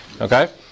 Okay